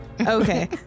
Okay